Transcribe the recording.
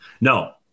no